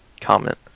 comment